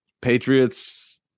Patriots